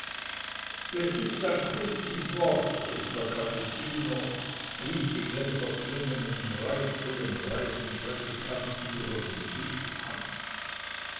das ist ein christlich wort rief der kapuziner ließ die gläser klingen und reichte dem greisen prädikanten über den tisch die hand